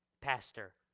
pastor